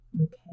Okay